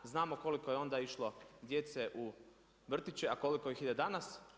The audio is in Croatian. Znamo koliko je onda išlo djece u vrtiće, a koliko ih ide danas.